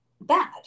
bad